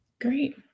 Great